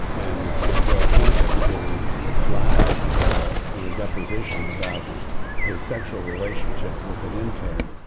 and and bill clinton who lied ah in a deposition about his sexual relationship with an intern.